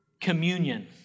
communion